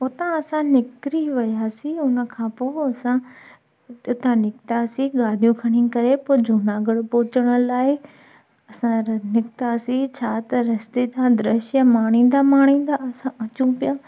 हुतां असां निकिरी वियासीं उन खां पोइ असां हुतां निकितासी ॻाॾियूं खणी करे पोइ जूनागढ़ पहुचण लाइ असां निकितासीं छा त रस्ते ता द्रश्य माणीदां माणीदां असां अचूं पिया